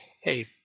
hey